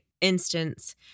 instance